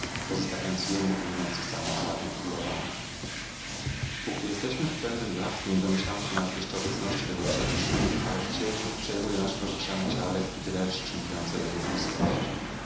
pozostawiając jemu i nocy samowładne królowanie póki jesteśmy w pełnym blasku nie domyślamy się nawet jeszcze obecności tego przybysza ale w cieniu przejmuje nasze rozgrzane ciała lekki dreszcz mówiący o jego blizkości